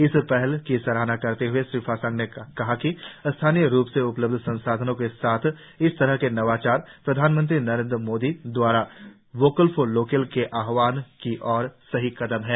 इस पहल की सराहना करते हए श्री फासांग ने कहा कि स्थानीय रुप से उपलब्ध संसाधनों के साथ इस तरह के नवाचार प्रधान मंत्री नरेंद्र मोदी द्वारा वोकल फॉर लोकल के आहवान की ओर सही कदम हैं